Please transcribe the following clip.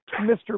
Mr